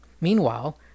Meanwhile